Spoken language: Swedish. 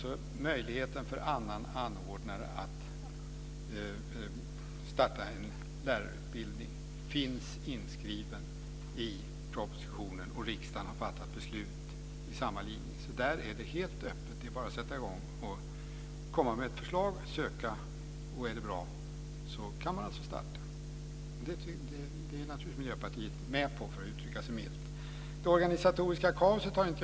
En möjlighet för annan anordnare att starta en lärarutbildning är inskriven i propositionen, och riksdagen har fattat beslut i enlighet med detta. Det är helt öppet. Det är bara att lägga in en ansökan, och om uppläggningen är bra kan man starta en sådan utbildning. Miljöpartiet är med på detta, för att uttrycka det milt. Jag har inte pratat om något organisatoriskt kaos.